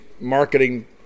marketing